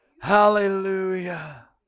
Hallelujah